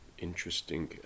interesting